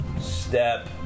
Step